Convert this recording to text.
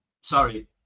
Sorry